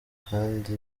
kandi